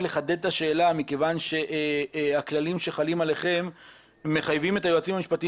מכיוון שהכללים שחלים עליכם מחייבים את היועצים המשפטיים